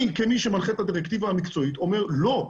אני כמי שמנחה את הדירקטיבה המקצועית אומר לא.